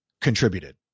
contributed